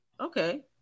Okay